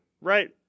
right